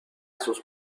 sus